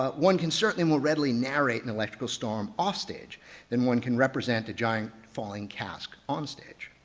ah one can certainly more readily narrate an electrical storm offstage than one can represent a giant falling cask on stage.